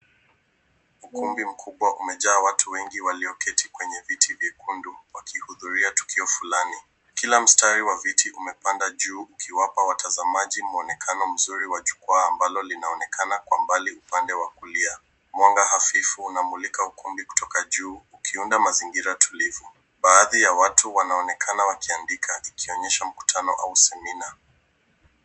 Ukumbi mkubwa umejaa watu wengi walioketi kwenye viti vyekundu wakihudhuria tukio fulani. Kila mstari wa viti umepanda juu ukiwapa watazamaji muonekano mzuri wa jukwaa ambalo linaonekana kwa mbali upande wa kulia. Mwanga hafifu unamulika ukumbi kutoka juu ukiunda mazingira tulivyo. Baadhi ya watu wanaonekana wakiandika ikionyesha mkutano au semina .